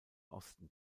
osten